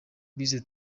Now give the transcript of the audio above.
bize